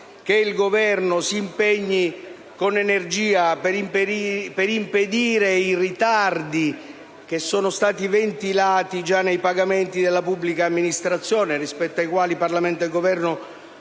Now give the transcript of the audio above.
che il Governo si impegni con energia per impedire i ritardi che sono stati già ventilati nei pagamenti della pubblica amministrazione, rispetto ai quali Parlamento e Governo